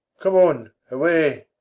come on, away.